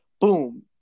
Boom